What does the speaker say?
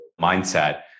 mindset